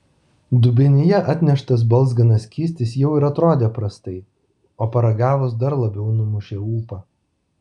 dubenyje atneštas balzganas skystis jau ir atrodė prastai o paragavus dar labiau numušė ūpą